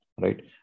right